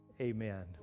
amen